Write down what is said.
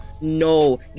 no